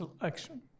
election